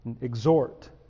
exhort